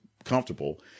comfortable